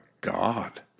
God